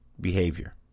behavior